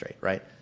right